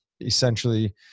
essentially